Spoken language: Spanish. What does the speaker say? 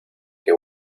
que